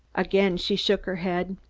again she shook her head.